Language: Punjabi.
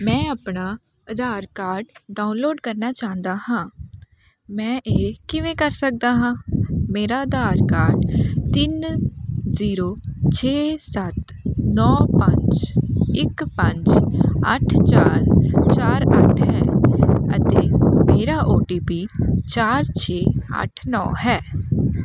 ਮੈਂ ਆਪਣਾ ਆਧਾਰ ਕਾਰਡ ਡਾਊਨਲੋਡ ਕਰਨਾ ਚਾਹੁੰਦਾ ਹਾਂ ਮੈਂ ਇਹ ਕਿਵੇਂ ਕਰ ਸਕਦਾ ਹਾਂ ਮੇਰਾ ਆਧਾਰ ਕਾਰਡ ਤਿੰਨ ਜ਼ੀਰੋ ਛੇ ਸੱਤ ਨੌਂ ਪੰਜ ਇੱਕ ਪੰਜ ਅੱਠ ਚਾਰ ਚਾਰ ਅੱਠ ਹੈ ਅਤੇ ਮੇਰਾ ਓ ਟੀ ਪੀ ਚਾਰ ਛੇ ਅੱਠ ਨੌਂ ਹੈ